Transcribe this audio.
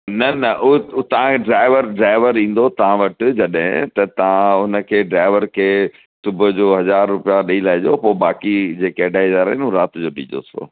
न न उहो उहो तव्हांखे ड्राइवर ड्राइवर ईंदो तव्हां वटि जॾहिं त तव्हां हुनखे ड्राइवर खे सुबुह जो हज़ार रुपया ॾेई लाइ जो पोइ बाक़ी जेके अढाई हज़ार आहिनि उहो राति जो ॾिजोसि पोइ